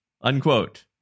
unquote